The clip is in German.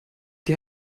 die